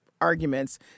arguments